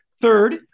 Third